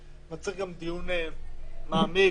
שמצריך גם דיון מעמיק,